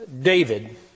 David